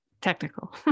technical